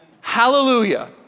Hallelujah